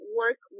work